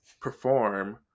perform